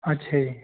ਅੱਛਾ ਜੀ